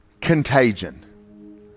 contagion